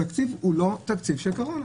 התקציב הוא לא תקציב של קורונה.